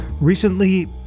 Recently